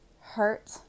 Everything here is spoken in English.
hurt